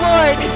Lord